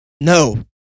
No